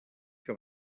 que